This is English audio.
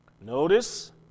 Notice